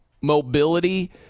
mobility